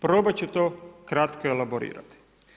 Probat ću to kratko elaborirati.